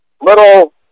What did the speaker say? little